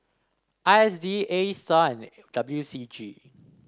I S D A Star and W C G